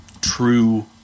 true